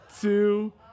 two